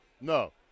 no